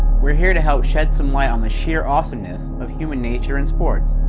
we're here to help shed some light on the sheer awesomeness of human nature and sports.